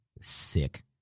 Sick